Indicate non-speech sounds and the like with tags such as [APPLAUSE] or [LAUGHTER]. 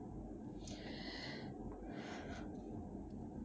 [NOISE]